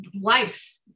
life